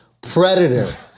predator